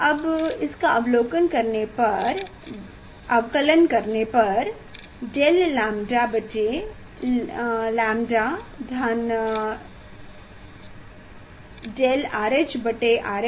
अब इसका अवकलन करने पर डेल लैम्ब्डा बटे लैम्ब्डा धन डेल RH बटे RH